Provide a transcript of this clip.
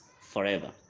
forever